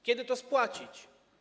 Kiedy to spłacimy?